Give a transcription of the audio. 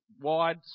wide